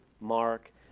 Mark